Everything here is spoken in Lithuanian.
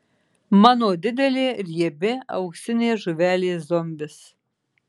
mano didelė riebi auksinė žuvelė zombis